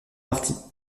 parties